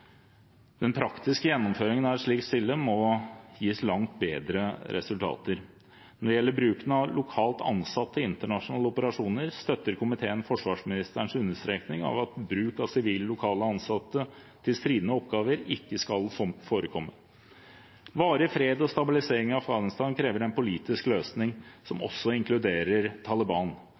Den praktiske gjennomføringen av et slikt skille må gi langt bedre resultater. Når det gjelder bruken av lokalt ansatte i internasjonale operasjoner, støtter komiteen forsvarsministerens understrekning av at bruk av sivile lokalt ansatte til stridende oppgaver ikke skal forekomme. Varig fred og stabilisering i Afghanistan krever en politisk løsning som også inkluderer Taliban.